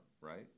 right